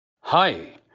Hi